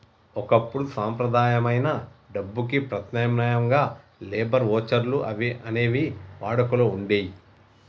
ఒకప్పుడు సంప్రదాయమైన డబ్బుకి ప్రత్యామ్నాయంగా లేబర్ వోచర్లు అనేవి వాడుకలో వుండేయ్యి